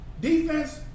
Defense